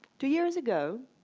two years ago,